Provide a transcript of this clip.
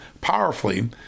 powerfully